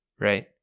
right